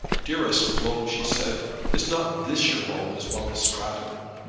dearest flo, she said. is not this your home as well as stratton?